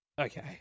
Okay